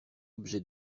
objet